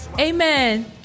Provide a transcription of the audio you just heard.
Amen